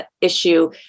issue